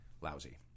lousy